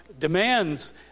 demands